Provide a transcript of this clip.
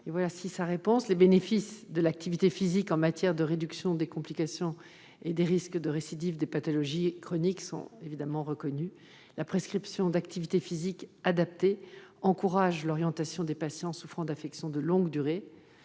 Les bénéfices de l'activité physique en matière de réduction des complications et des risques de récidives des pathologies chroniques sont reconnus. La prescription d'activité physique adaptée, l'APA, encourage l'orientation des patients souffrant d'affections de longue durée